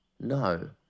No